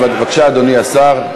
בבקשה, אדוני השר.